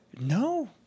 No